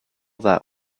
that